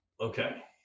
Okay